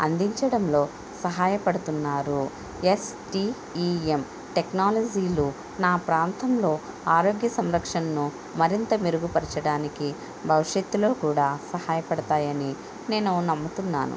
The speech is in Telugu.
అందించటంలో సహాయపడుతున్నారు ఎస్టీఈఎం టెక్నాలజీలు నా ప్రాంతంలో ఆరోగ్య సంరక్షణను మరింత మెరుగుపరచడానికి భవిష్యత్తులో కూడా సహాయపడతాయని నేను నమ్ముతున్నాను